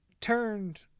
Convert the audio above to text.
turned